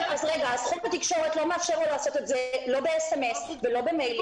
חוק התקשורת לא מאפשר להם לעשות את זה בסמ"ס או במיילים.